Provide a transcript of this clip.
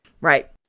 Right